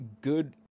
good